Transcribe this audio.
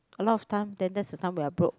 a lot of time then that's the time when I broke